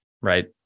right